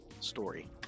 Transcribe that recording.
story